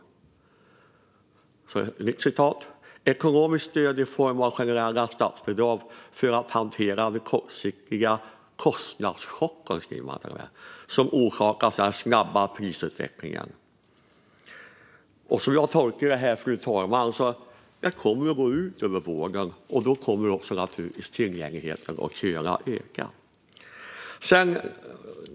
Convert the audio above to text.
Vidare skriver man att det behövs ekonomiskt stöd i form av generella statsbidrag för att hantera den kortsiktiga kostnadschock - ja, så skriver man - som orsakas av den snabba prisutvecklingen. Som jag tolkar detta, fru talman, kommer det att gå ut över vården. Det kommer naturligtvis att påverka tillgängligheten, och köerna kommer att öka.